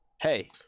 Hey